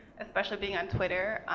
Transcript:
especially being on twitter,